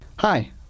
Hi